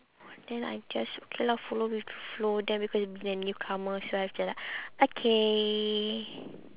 then I just okay lah follow with the flow then everybody the newcomers right they're like okay